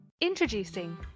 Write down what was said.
Introducing